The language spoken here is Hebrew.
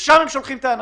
לשם הם שולחים את האנשים.